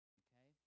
okay